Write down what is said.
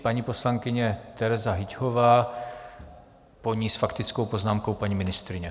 Paní poslankyně Tereza Hyťhová, po ní s faktickou poznámkou paní ministryně.